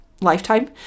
lifetime